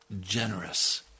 generous